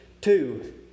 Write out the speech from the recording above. Two